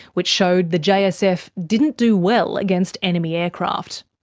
which showed the jsf didn't do well against enemy aircraft.